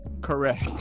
Correct